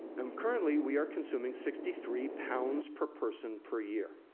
um currently we are consuming sixty three pounds per person per year,